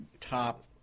top